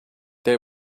they